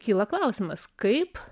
kyla klausimas kaip